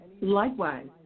Likewise